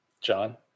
John